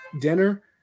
dinner